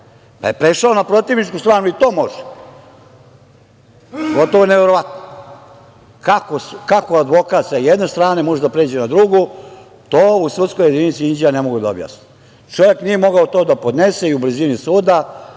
pa je prešao na protivničku stranu. I to može. Gotovo neverovatno. Kako advokat sa jedne strane može da pređe na drugu, to u sudskoj jedinici Inđija ne mogu da objasne. Čovek to nije mogao da podnese i u blizini suda,